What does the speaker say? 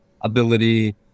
ability